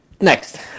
next